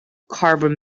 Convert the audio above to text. carbon